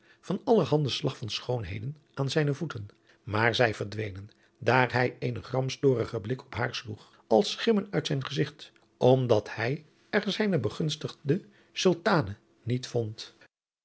van allerhanden slag van schoonheden aan zijne voeten maar zij verdwenen daar hij eenen gramstorigen blik op haar sloeg als schimmen uit zijn gezigt omdat hij er zijne begunstigde sultane niet vond